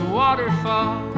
waterfall